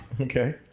Okay